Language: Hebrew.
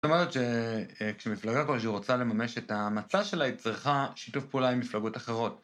זאת אומרת שכשמפלגה כלשהי רוצה לממש את המצע שלה היא צריכה שיתוף פעולה עם מפלגות אחרות.